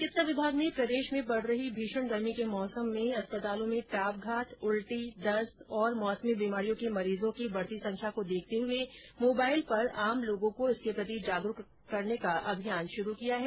चिकित्सा विभाग ने प्रदेश में पड़ रही भीषण गर्मी के मौसम में अस्पतालों में तापघात उल्टी दस्त और मौसमी बीमारियों के मरीजों की बढती संख्या को देखते हुए मोबाइल पर आम लोगों को इसके प्रति जागरूक करने का अभियान शुरू किया है